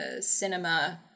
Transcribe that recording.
cinema